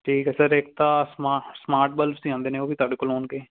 ਠੀਕ ਹੈ ਸਰ ਇੱਕ ਤਾਂ ਸਮਾ ਸਮਾਟ ਬਲੱਬਸ ਹੀ ਆਉਂਦੇ ਨੇ ਉਹ ਵੀ ਤੁਹਾਡੇ ਕੋਲ ਹੋਣਗੇ